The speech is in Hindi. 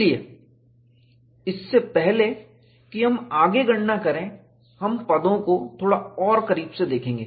इसलिए इससे पहले कि हम आगे गणना करें हम पदों को थोड़ा और करीब से देखें